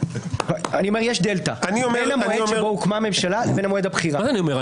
יש דלתא בין המועד שבו הוקמה הממשלה לבין מועד הבחירה -- אני לא מבין,